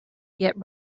yet